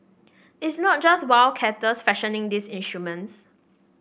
it's not just wildcatters fashioning these instruments